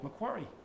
Macquarie